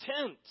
tent